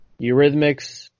Eurythmics